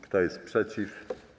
Kto jest przeciw?